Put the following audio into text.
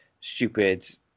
stupid